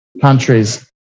countries